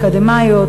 אקדמאיות,